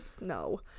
No